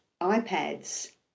iPads